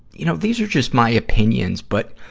you know, these are just my opinions, but,